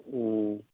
ꯎꯝ